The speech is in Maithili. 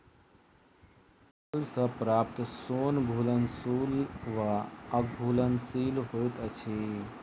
फल सॅ प्राप्त सोन घुलनशील वा अघुलनशील होइत अछि